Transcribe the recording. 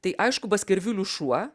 tai aišku baskervilių šuo